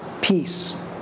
peace